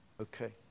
Okay